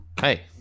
Hey